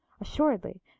Assuredly